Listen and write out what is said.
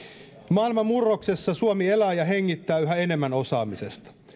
maailman murroksessa suomi elää ja hengittää yhä enemmän osaamisesta